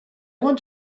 want